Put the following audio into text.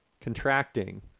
contracting